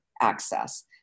access